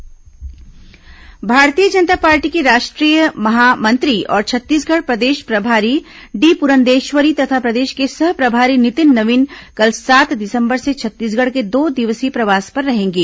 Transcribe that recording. भाजपा छग प्रभारी प्रवास भारतीय जनता पार्टी की राष्ट्रीय महामंत्री और छत्तीसगढ़ प्रदेश प्रभारी डी पुरंदेश्वरी तथा प्रदेश के सह प्रभारी नितिन नवीन कल सात दिसंबर से छत्तीसगढ़ के दो दिवसीय प्रवास पर रहेंगे